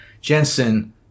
Jensen